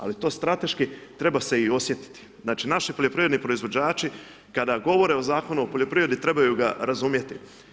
Ali to strateški treba se i osjetiti, znači naši poljoprivredni proizvođači, kada govore o Zakonu o poljoprivredi trebaju ga razumjeti.